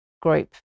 group